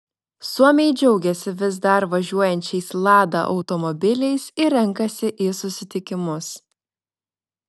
suomiai džiaugiasi vis dar važiuojančiais lada automobiliais ir renkasi į susitikimus